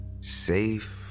Safe